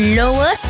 lower